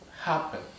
happen